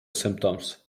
symptoms